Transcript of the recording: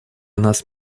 нас